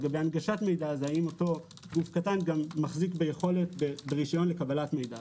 לגבי הנגשת מידע האם אותו גוף קטן גם מחזיק ברשיון לקבלת מדע.